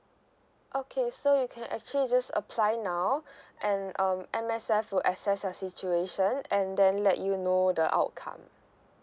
okay so you can actually just apply now and um M_S_F will assess the situation and then let you know the outcome